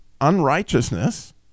unrighteousness